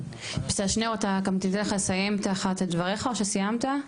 שניאור אתן לך לסיים את דברייך או שסיימת?